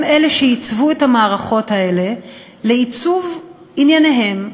הם אלה שעיצבו את המערכות האלה לעיצוב ענייניהם,